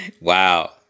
Wow